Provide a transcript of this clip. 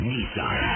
Nissan